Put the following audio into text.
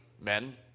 Men